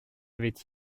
avait